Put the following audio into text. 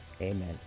amen